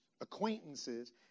acquaintances